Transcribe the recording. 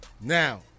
Now